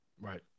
Right